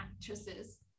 actresses